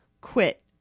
quit